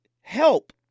help